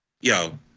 Yo